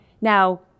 Now